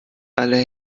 alle